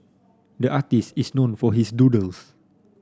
the artist is known for his doodles